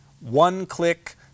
one-click